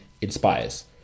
inspires